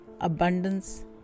abundance